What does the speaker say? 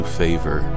favor